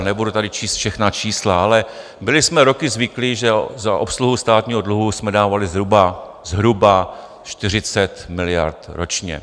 Nebudu tady číst všechna čísla, ale byli jsme roky zvyklí, že za obsluhu státního dluhu jsme dávali zhruba 40 miliard ročně.